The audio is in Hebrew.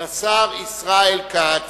לשר ישראל כץ.